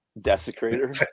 Desecrator